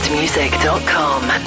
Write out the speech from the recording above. Music.com